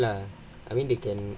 but okay lah I mean they can